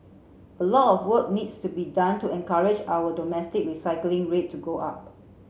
a lot of work needs to be done to encourage our domestic recycling rate to go up